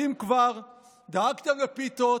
אם כבר דאגתם לפיתות,